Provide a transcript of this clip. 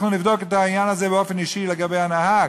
אנחנו נבדוק את העניין הזה באופן אישי לגבי הנהג,